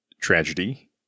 tragedy